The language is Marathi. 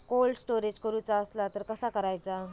कोल्ड स्टोरेज करूचा असला तर कसा करायचा?